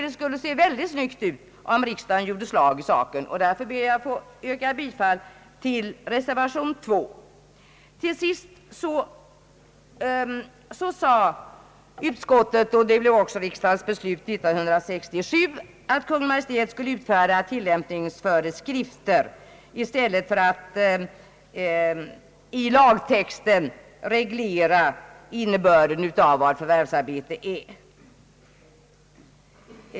Det skulle se snyggt ut om riksdagen här gjorde slag i saken, och därför ber jag att få yrka bifall till reservation II. Utskottet ansåg 1967 — det blev också riksdagens beslut — att Kungl. Maj:t skulle utfärda tillämpningsföreskrifter i stället för att i lagtexten reglera innebörden av uttrycket förvärvsarbete.